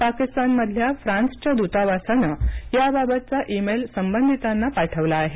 पाकिस्तानमधल्या फ्रान्सच्या दूतावासानं याबाबतचा ईमेल संबंधितांना पाठवला आहे